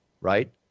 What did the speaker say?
right